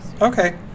okay